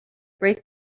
brake